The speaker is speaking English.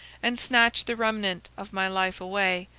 and snatch the remnant of my life away,